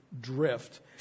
drift